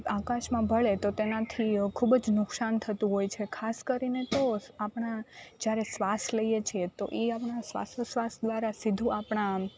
આકાશમાં ભળે તો તેનાથી ખૂબ જ નુકશાન થતું હોય છે ખાસ કરી ને તો આપણા જ્યારે શ્વાસ લઈએ છે તો એ આપણા શ્વાસોચ્છવાસ દ્વારા સીધો આપણા